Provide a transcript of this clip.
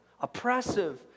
oppressive